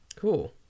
Cool